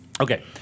okay